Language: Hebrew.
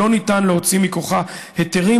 שלא ניתן להוציא מכוחה היתרים,